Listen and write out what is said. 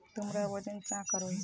तुमरा वजन चाँ करोहिस?